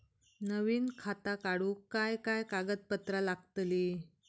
नवीन खाता काढूक काय काय कागदपत्रा लागतली?